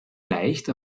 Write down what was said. leicht